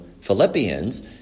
Philippians